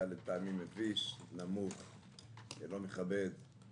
לדעתי זה היה מביש, נמוך ולא מכבד.